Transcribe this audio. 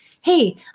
hey